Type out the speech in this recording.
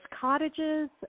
cottages